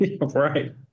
Right